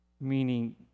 Meaning